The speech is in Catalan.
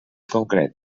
concret